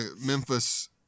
Memphis